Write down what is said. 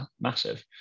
massive